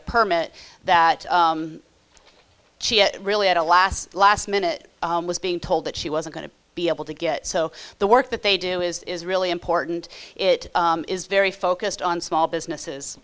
a permit that she really had a last last minute was being told that she was going to be able to get so the work that they do is really important it is very focused on small businesses